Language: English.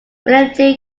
william